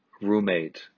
roommate